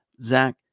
Zach